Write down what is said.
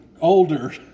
older